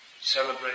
celebrate